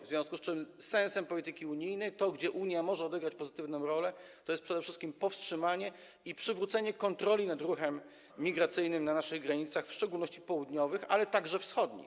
W związku z tym celem polityki unijnej, gdzie Unia może odegrać pozytywną rolę, jest przede wszystkim powstrzymanie i przywrócenie kontroli nad ruchem migracyjnym na naszych granicach, w szczególności południowych, ale także wschodnich.